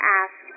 ask